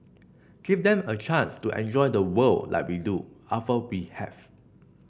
give them a chance to enjoy the world like we do after we have